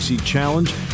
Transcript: Challenge